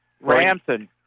Ramson